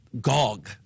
gog